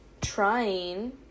trying